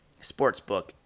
sportsbook